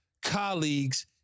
colleagues